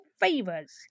favors